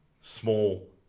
small